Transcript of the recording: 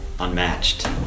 Unmatched